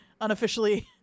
unofficially